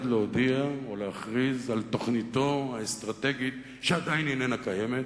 להכריז על תוכניתו האסטרטגית שעדיין קיימת.